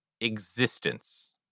existence